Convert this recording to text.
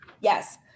Yes